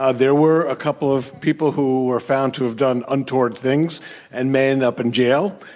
ah there were a couple of people who were found to have done untoward things and may end up in jail.